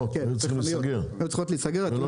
הן היו צריכות להיסגר ולא